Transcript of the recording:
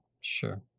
Sure